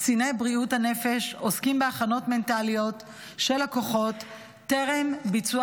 קציני בריאות הנפש עוסקים בהכנות מנטליות של הכוחות טרם ביצוע